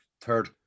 third